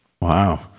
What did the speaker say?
Wow